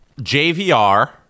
JVR